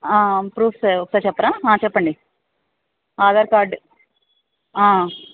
proofs అవి ఒకసారి చెప్పరా చెప్పండి ఆధార్ కార్డ్